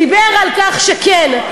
דיבר על כך שכן,